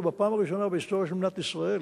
ובפעם הראשונה בהיסטוריה של מדינת ישראל